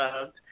loved